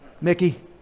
Mickey